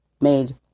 Made